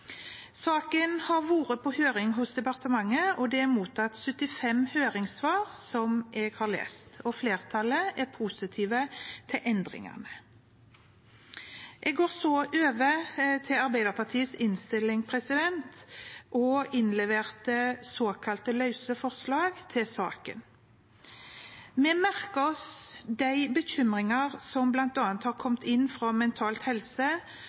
Saken har vært på høring, og departementet har mottatt 75 høringssvar, som jeg har lest. Flertallet av disse var positive til forslaget. Jeg går så over til Arbeiderpartiets merknader og løse forslag i saken. Vi merker oss de bekymringene som har kommet inn fra bl.a. Mental Helse,